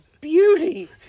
beauty